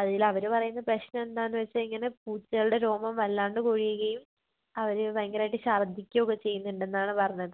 അതിൽ അവർ പറയുന്ന പ്രശ്നമെന്താന്ന് വെച്ചാൽ ഇങ്ങനേ പൂച്ചകൾടേ രോമം വല്ലാണ്ട് കൊഴിയുകയും അവർ ഭയങ്കരമായിട്ട് ശർദ്ദിക്കൊക്കേ ചെയ്യുന്നുണ്ടെന്നാണ് പറഞ്ഞത്